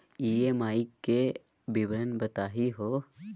EMI के विवरण बताही हो?